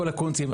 כל הקונצים,